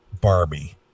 Barbie